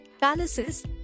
palaces